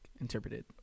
Interpreted